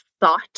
thought